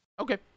Okay